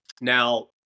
now